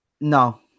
No